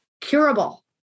curable